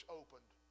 opened